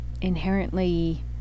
inherently